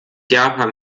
japan